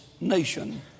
nation